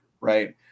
right